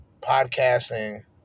podcasting